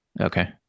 Okay